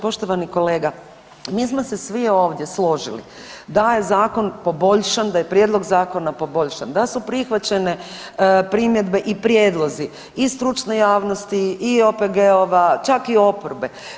Poštovani kolega, mi smo se svi ovdje složili da je zakon poboljšan, da je Prijedlog zakona poboljšan, da su prihvaćene primjedbe i prijedlozi i stručne javnosti, i OPG-ova, čak i oporbe.